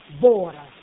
border